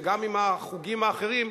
וגם עם החוגים האחרים,